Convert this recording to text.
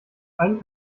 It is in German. einen